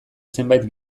zenbait